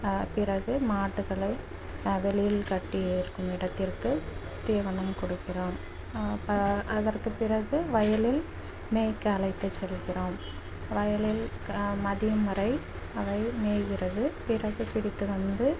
பிறகு மாடுகளை வெளியில் கட்டி இருக்கும் இடத்திற்கு தீவனம் கொடுக்கிறோம் அதற்கு பிறகு வயலில் மேய்க்க அழைத்து செல்கிறோம் வயலில் மதியம் வரை அவை மேய்கிறது பிறகு பிடித்து வந்து